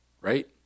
right